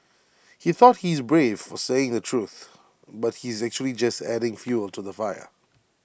he thought he's brave for saying the truth but he's actually just adding fuel to the fire